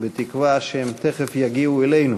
בתקווה שהם תכף יגיעו אלינו.